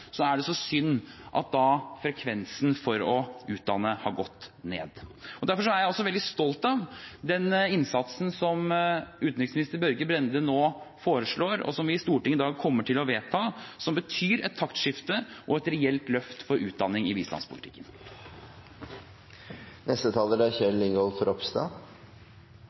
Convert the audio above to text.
er det så synd at frekvensen for å utdanne har gått ned. Derfor er jeg også veldig stolt av den innsatsen som utenriksminister Børge Brende nå foreslår, og som vi i Stortinget i dag kommer til å vedta, som betyr et taktskifte og et reelt løft for utdanning i